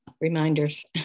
reminders